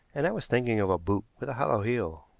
and i was thinking of a boot with a hollow heel.